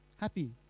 Happy